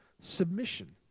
submission